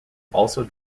also